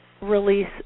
release